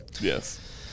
Yes